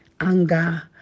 anger